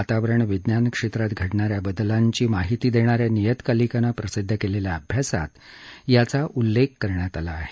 वातावरण विज्ञान क्षेत्रात घडणा या बदलांची माहिती देणान्या नियतकालिकानं प्रसिद्ध केलेल्या अभ्यासात याचा उल्लेख करण्यात आला आहे